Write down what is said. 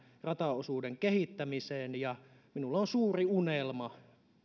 rataosuuden kehittämiseen minulla on suuri unelma